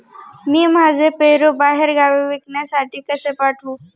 मी माझे पेरू बाहेरगावी विकण्यासाठी कसे पाठवू?